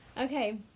Okay